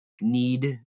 need